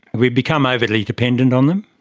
we've become overly dependent on them.